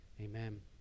amen